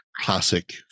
classic